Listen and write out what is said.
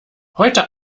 heute